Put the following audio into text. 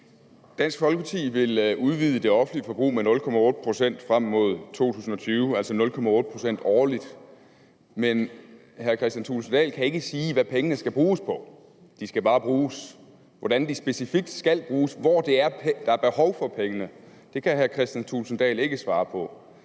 Dansk Folkeparti vil udvide det offentlige forbrug med 0,8 pct. frem mod år 2020, altså 0,8 pct. årligt, men hr. Kristian Thulesen Dahl kan ikke sige, hvad pengene skal bruges på; de skal bare bruges. Hvordan de specifikt skal bruges, og hvor det er, der er behov for pengene, kan hr. Kristian Thulesen Dahl ikke svare på.